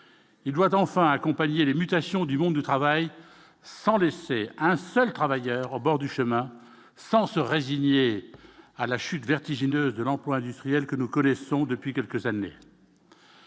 doit enfin accompagner les mutations du monde du travail sans laisser un seul travailleur au bord du chemin sans se résigner à la chute vertigineuse de l'emploi industriel que nous connaissons depuis quelques années.